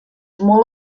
molt